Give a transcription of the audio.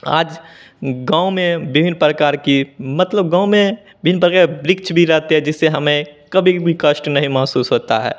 आज गाँव में विभिन्न प्रकार की मतलब गाँव में विभिन्न प्रकार के वृक्ष भी रहते हैं जिससे हमें कभी भी कष्ट नहीं महसूस होता है